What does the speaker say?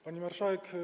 Pani Marszałek!